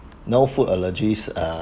no food allergies uh